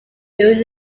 during